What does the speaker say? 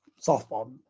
Softball